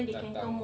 datang